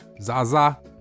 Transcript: Zaza